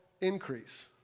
increase